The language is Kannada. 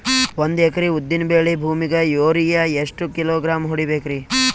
ಒಂದ್ ಎಕರಿ ಉದ್ದಿನ ಬೇಳಿ ಭೂಮಿಗ ಯೋರಿಯ ಎಷ್ಟ ಕಿಲೋಗ್ರಾಂ ಹೊಡೀಬೇಕ್ರಿ?